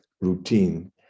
Routine